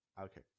okay